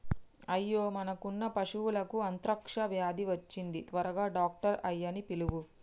అయ్యో మనకున్న పశువులకు అంత్రాక్ష వ్యాధి వచ్చింది త్వరగా డాక్టర్ ఆయ్యన్నీ పిలువు